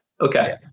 Okay